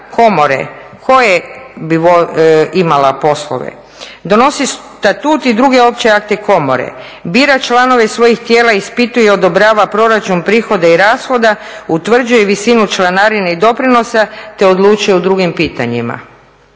komore koje bi imala poslova. Donosi statut i druge opće akte komore, bira članove svojih tijela i ispituje i odobrava proračun, prihode i rashode, utvrđuje visinu članarine i doprinosa te odlučuje o drugim pitanjima.